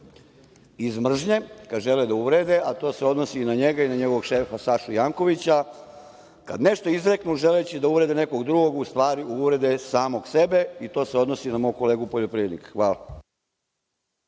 iz mržnje kada žele da uvrede, a to se odnosi na njega i na njegovog šefa Sašu Jankovića, kad nešto izreknu, želeći da uvrede nekog drugog, u stvari uvrede samog sebe. I to se odnosi na mog kolegu poljoprivrednika. Hvala.